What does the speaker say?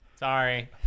Sorry